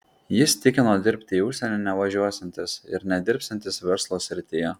jis tikino dirbti į užsienį nevažiuosiantis ir nedirbsiantis verslo srityje